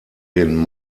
den